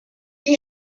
she